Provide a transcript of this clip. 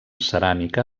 ceràmica